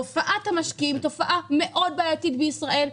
תופעת המשקיעים היא תופעה מאוד בעייתית בישראל,